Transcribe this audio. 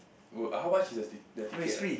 w~ how much is the the ticket ah